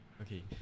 Okay